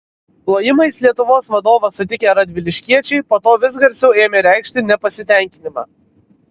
plojimais lietuvos vadovą sutikę radviliškiečiai po to vis garsiau ėmė reikšti nepasitenkinimą